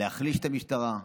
להחליש את המשטרה.